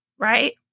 Right